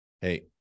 Hey